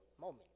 moment